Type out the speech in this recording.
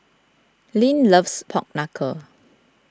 Lyn loves Pork Knuckle